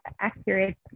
accurate